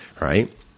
right